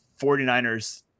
49ers